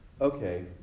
okay